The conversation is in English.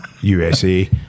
USA